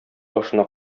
башына